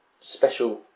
special